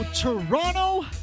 Toronto